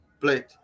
plate